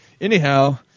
Anyhow